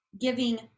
giving